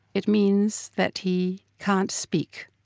it means that he can't speak.